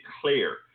clear